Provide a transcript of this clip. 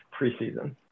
preseason